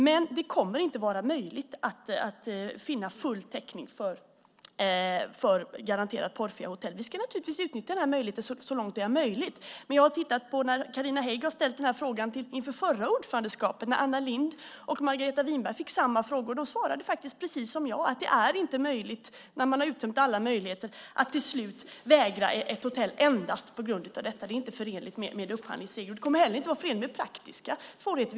Men det kommer inte att vara möjligt att finna full täckning för garanterat porrfria hotell. Vi ska naturligtvis utnyttja den möjligheten så långt det är genomförbart. Men jag har tittat på när Carina Hägg ställde den här frågan inför förra ordförandeskapet, när Anna Lindh och Margareta Winberg fick samma frågor. De svarade faktiskt precis som jag. Det är inte görligt när man har uttömt alla möjligheter att till slut vägra ett hotell endast på grund av detta. Det är inte förenligt med upphandlingsreglerna. Det kommer att innebära praktiska svårigheter.